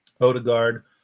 Odegaard